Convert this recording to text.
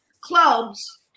clubs